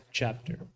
chapter